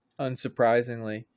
Unsurprisingly